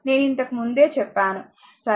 నేను ఇంతకు ముందే చెప్పాను సరే